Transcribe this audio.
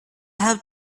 have